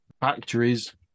factories